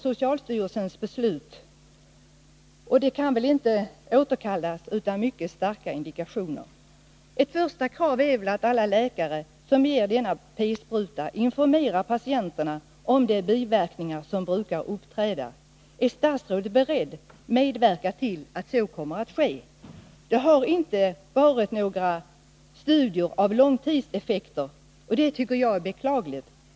Socialstyrelsens beslut är nu fattat, och det kan väl inte återkallas utan mycket starka indikationer. Ett krav är att alla läkare som ger denna p-spruta informerar patienterna om de biverkningar som brukar uppträda. Är statsrådet beredd att medverka till att så kommer att ske? Det har inte gjorts några studier av långtidseffekterna, och det tycker jag är beklagligt.